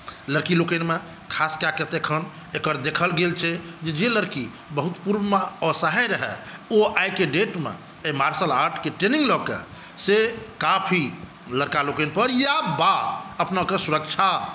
लड़कीलोकनिमे खास कए कऽ तऽ एखन एकर देखल गेल छै जे जे लड़की बहुत पूर्वमे असहाय रहय ओ आइके डेटमे एहि मार्शल आर्टके ट्रेनिंग लएकऽ से काफी लड़कालोकनि पर या वा अपना कऽ सुरक्षा